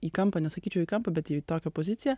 į kampą nesakyčiau į kampą bet į tokią poziciją